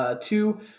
Two-